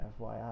FYI